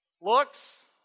looks